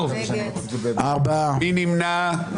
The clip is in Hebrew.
מי נמנע?